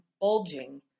bulging